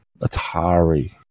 Atari